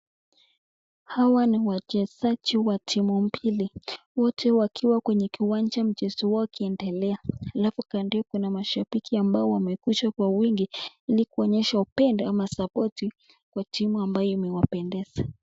Hawa ni wachezaji wa timu mbili wote wakiwa kwenye kiwanja mchezo wao ukiendelea. Alafu kando yake kuna mashabiki ambao wamekuja kwa wingi ili kuonyesha upendo ama [support] kwa timu ambayo imewapendeza.